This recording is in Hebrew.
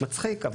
מצחיק.